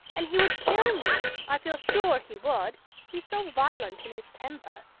and he would kill me i feel sure he would, he's so violent in his temper.